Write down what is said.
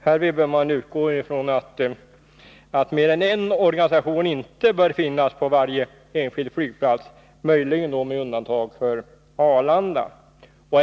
Härvid bör man utgå från att mer än en organisation inte bör finnas på varje enskild flygplats, möjligen med undantag för Arlanda.